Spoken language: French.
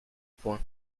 point